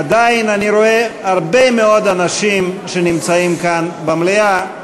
עדיין אני רואה הרבה מאוד אנשים שנמצאים כאן במליאה,